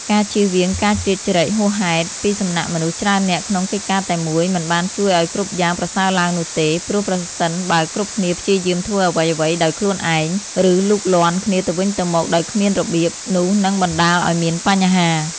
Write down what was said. ការជៀសវាងការជ្រៀតជ្រែកហួសហេតុ ពីសំណាក់មនុស្សច្រើននាក់ក្នុងកិច្ចការតែមួយមិនបានជួយឲ្យគ្រប់យ៉ាងប្រសើរឡើងនោះទេ ព្រោះប្រសិនបើគ្រប់គ្នាព្យាយាមធ្វើអ្វីៗដោយខ្លួនឯង ឬលូកលាន់គ្នាទៅវិញទៅមកដោយគ្មានរបៀប នោះនឹងបណ្ដាលឲ្យមានបញ្ហា។